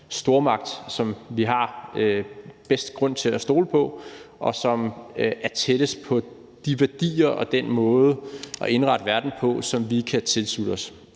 stormagt, som vi har bedst grund til at stole på, og som er tættest på de værdier og den måde at indrette verden på, som vi kan tilslutte os.